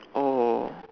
oh